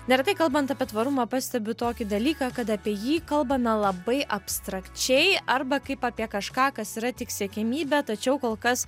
neretai kalbant apie tvarumą pastebiu tokį dalyką kad apie jį kalbame labai abstrakčiai arba kaip apie kažką kas yra tik siekiamybė tačiau kol kas